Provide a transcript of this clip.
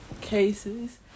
cases